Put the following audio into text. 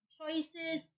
choices